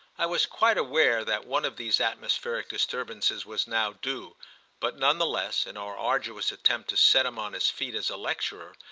i was quite aware that one of these atmospheric disturbances was now due but none the less, in our arduous attempt to set him on his feet as a lecturer,